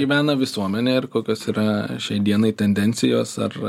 gyvena visuomenė ir kokios yra šiai dienai tendencijos ar